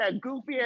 goofy